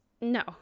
no